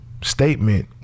statement